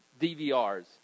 DVRs